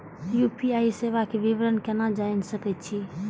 UPI सेवा के विवरण केना जान सके छी?